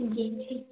जी जी